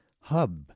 hub